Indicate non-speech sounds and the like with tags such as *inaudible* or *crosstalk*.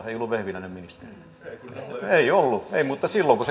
*unintelligible* ei ollut vehviläinen ministerinä ei ollut mutta silloin kun *unintelligible*